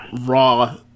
Raw